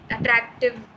attractive